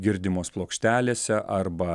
girdimos plokštelėse arba